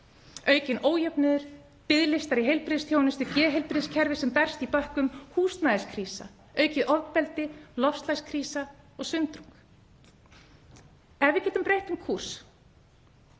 aukinn ójöfnuður, biðlistar eftir heilbrigðisþjónustu, geðheilbrigðiskerfi sem berst í bökkum, húsnæðiskrísa, aukið ofbeldi, loftslagskrísa og sundrung. Ef við getum breytt um kúrs